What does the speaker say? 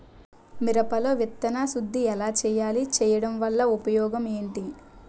మిరప లో విత్తన శుద్ధి ఎలా చేస్తారు? చేయటం వల్ల ఉపయోగం ఏంటి?